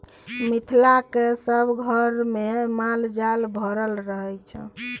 मिथिलाक सभ घरमे माल जाल भरल रहय छै